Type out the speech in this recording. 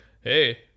hey